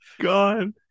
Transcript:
God